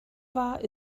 war